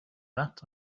that